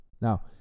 Now